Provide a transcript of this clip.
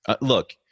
Look